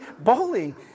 Bowling